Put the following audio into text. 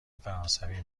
فرانسوی